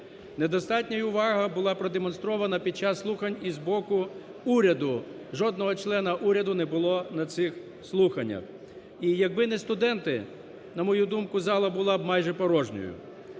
Недостатня увага була продемонстрована під час слухань і з боку уряду. Жодного члена уряду не було на цих слуханнях. І якби не студенти, на мою думку, зала була б майже порожньою.